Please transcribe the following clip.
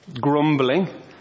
Grumbling